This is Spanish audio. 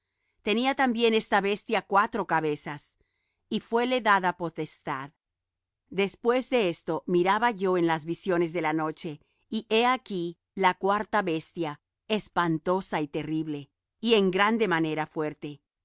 tenía también esta bestia cuatro cabezas y fuéle dada potestad después de esto miraba yo en las visiones de la noche y he aquí la cuarta bestia espantosa y terrible y en grande manera fuerte